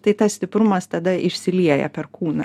tai tas stiprumas tada išsilieja per kūną